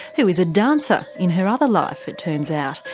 who is a dancer in her other life it turns out.